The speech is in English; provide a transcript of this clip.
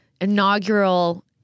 inaugural